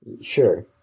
Sure